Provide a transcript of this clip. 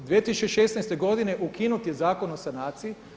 U 2016. godini ukinut je Zakon o sanaciji.